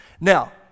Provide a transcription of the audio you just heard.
Now